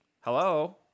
Hello